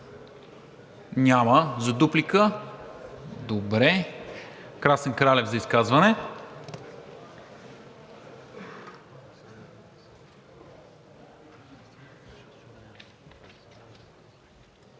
Няма. За дуплика? Добре. Красен Кралев за изказване.